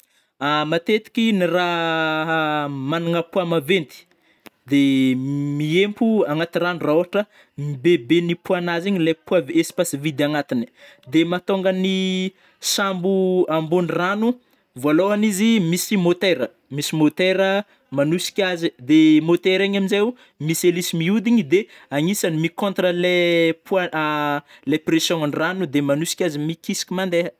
Matetiky ny raha managna poid maventy de miempo agnaty rano rah ôhatra m bebe gny poid-nazy igny le poid n'espasy vide agnatiny de mahtônga ny sambo ambôny rano, vôlôagny izy misy motera - misy motera manosika azy ai de môtera igny amzaio misy élisy mihodigny de agnisany mi contre anle poid a le pression any rano de magnosiky azy mikisaka mandeha.